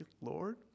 lord